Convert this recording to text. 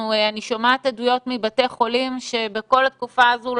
אני שומעת עדויות מבתי חולים, שבכל התקופה הזאת,